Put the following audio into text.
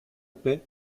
épais